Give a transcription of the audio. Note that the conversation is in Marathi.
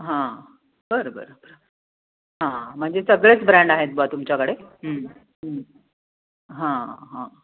हां बरं बरं हां म्हणजे सगळेच ब्रँड आहेत बुवा तुमच्याकडे हां हां